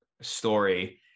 story